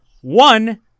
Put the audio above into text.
One